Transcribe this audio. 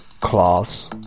cloths